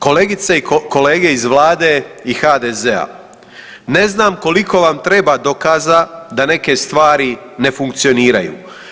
Kolegice i kolege iz vlade i HDZ-a, ne znam koliko vam treba dokaza da neke stvari ne funkcioniraju.